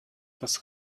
das